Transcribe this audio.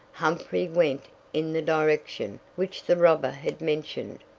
humphrey went in the direction which the robber had mentioned,